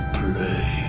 play